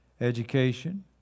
Education